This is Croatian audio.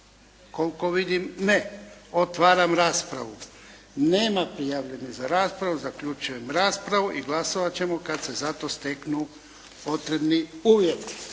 Koliko vidim ne. Otvaram raspravu. Nema prijavljenih za raspravu. Zaključujem raspravu. Glasovati ćemo kad se za to steknu potrebni uvjeti.